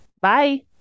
Bye